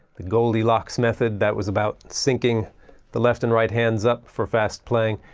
the goldilocks method that was about syncing the left and right hands up for fast playing.